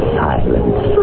silence